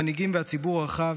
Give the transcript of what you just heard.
מנהיגים והציבור הרחב,